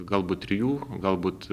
galbūt trijų galbūt